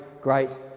great